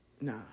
Nah